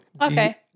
Okay